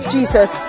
Jesus